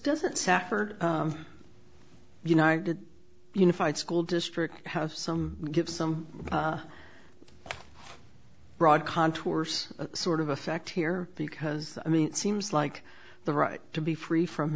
doesn't safford united unified school district have some give some broad contours sort of effect here because i mean it seems like the right to be free from